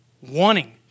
wanting